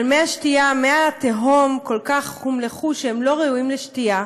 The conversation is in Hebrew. אבל מי התהום כל כך הומלחו שהם לא ראויים לשתייה.